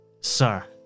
Sir